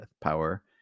power